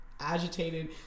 agitated